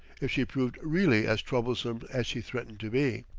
if she proved really as troublesome as she threatened to be.